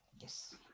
Yes